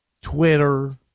twitter